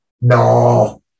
No